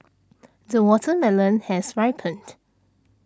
the watermelon has ripened